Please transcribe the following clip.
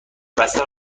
بسته